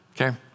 okay